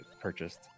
purchased